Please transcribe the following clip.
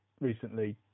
recently